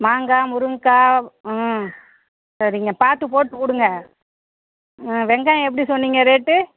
மாங்காய் முருங்கக்காய் சரிங்க பார்த்து போட்டு கொடுங்க வெங்காயம் எப்படி சொன்னீங்க ரேட்